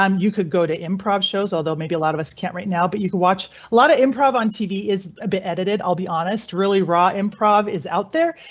um you could go to improv shows, although maybe a lot of us can't right now, but you can watch a lot of improv on tv is a bit edited. i'll be honest. really, raw improv is out there,